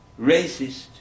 racist